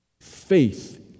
Faith